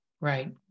right